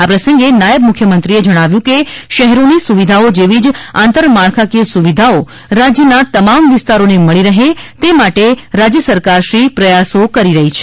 આ પ્રસંગે નાયબ મુખ્યમંત્રીશ્રી નીતિભાઇ પટેલે જણાવ્યું કે શહેરોની સુવિધાઓ જેવી જ આંતરમાળખાકીય સુવિધાઓ રાજ્યના તમામ વિસ્તારોને મળી રહે તે માટે રાજ્ય સરકારશ્રી પ્રયાસો કરી રહી છે